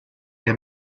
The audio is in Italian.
che